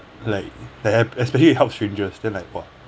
like the espe~ especially you helped strangers then like !wah!